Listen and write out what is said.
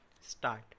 start